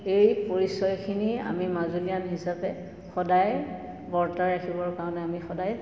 এই পৰিচয়খিনি আমি মাজুলিয়ান হিচাপে সদায় বৰ্তাই ৰাখিবৰ কাৰণে আমি সদায়